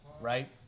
right